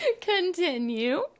Continue